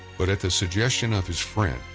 but at the suggestion of his friend,